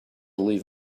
leave